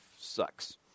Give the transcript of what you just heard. sucks